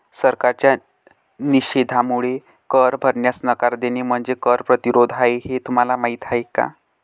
सरकारच्या निषेधामुळे कर भरण्यास नकार देणे म्हणजे कर प्रतिरोध आहे हे तुम्हाला माहीत आहे का